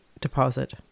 deposit